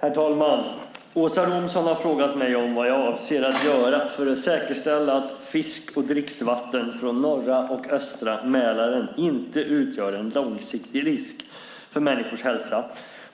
Herr talman! Åsa Romson har frågat mig vad jag avser att göra för att säkerställa att fisk och dricksvatten från norra och östra Mälaren inte utgör en långsiktig risk för människors hälsa,